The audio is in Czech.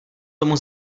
tomu